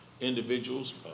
individuals